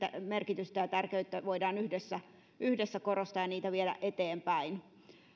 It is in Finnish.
merkitystä ja tärkeyttä voidaan yhdessä yhdessä korostaa ja joita viedä eteenpäin